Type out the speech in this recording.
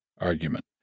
argument